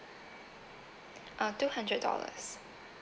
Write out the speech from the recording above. uh two hundred dollars